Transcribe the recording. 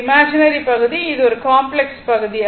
இது இமாஜினேரி பகுதி இது ஒரு காம்ப்ளக்ஸ் பகுதி